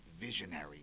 visionary